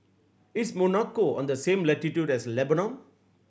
is Monaco on the same latitude as Lebanon